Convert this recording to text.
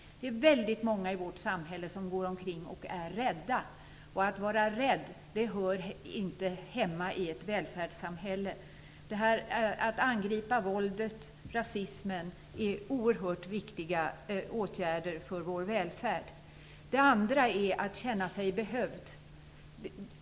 Det är väldigt många i vårt samhälle som går omkring och är rädda och att vara rädd hör inte hemma i ett välfärdssamhälle. Att angripa våldet och rasismen är oerhört viktiga åtgärder för vår välfärd. Det andra är att känna sig behövd.